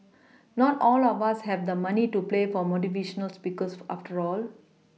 not all of us have the money to play for motivational Speakers after all